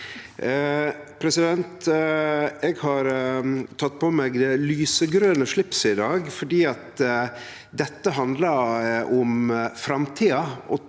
resultat. Eg har teke på meg det lysegrøne slipset i dag fordi dette handlar om framtida